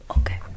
Okay